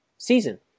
season